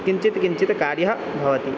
किञ्चित् किञ्चित् कार्यं भवति